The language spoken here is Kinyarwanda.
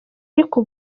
ariko